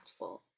impactful